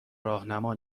راهنما